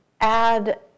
add